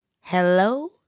Hello